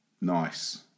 Nice